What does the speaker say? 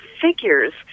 figures